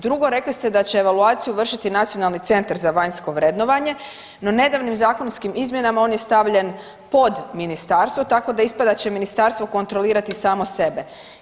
Drugo rekli ste da evaluaciju vršiti Nacionalni centar za vanjsko vrednovanje, no nedavnim zakonskim izmjenama on je stavljen pod ministarstvo tako da ispada da će ministarstvo kontrolirati samo sebe.